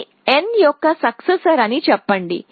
ఇది n యొక్క successor అని చెప్పండి